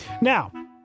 Now